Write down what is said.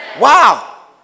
Wow